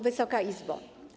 Wysoka Izbo!